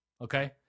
okay